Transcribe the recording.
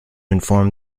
inform